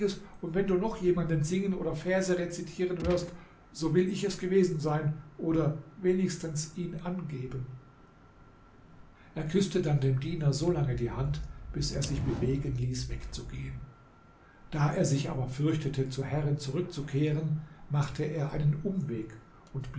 und wenn du noch jemanden singen oder verse rezitieren hörst so will ich es gewesen sein oder wenigstens ihn angeben er küßte dann dem diener solange die hand bis er sich bewegen ließ wegzugehen da er sich aber fürchtete zur herrin zurückzukehren machte er einen umweg und